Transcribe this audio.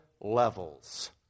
levels